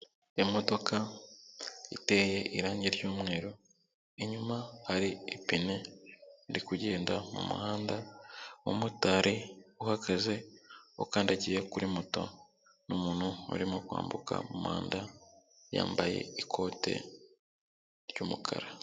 Imodoka iteye irangi ry'umweru, inyuma hari ipine, iri kugenda mu muhanda, umumotari uhagaze ukandagiye kuri moto, umuntu urimo kwambuka umuhanda yambaye ikote ry'umukara.